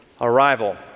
arrival